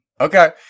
Okay